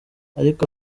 ariko